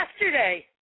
yesterday